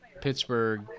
pittsburgh